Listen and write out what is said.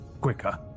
Quicker